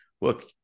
look